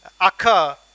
occur